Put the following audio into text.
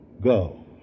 go